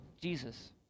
Jesus